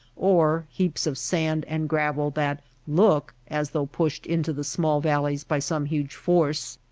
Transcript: or heaps of sand and gravel that look as though pushed into the small valleys by some huge force.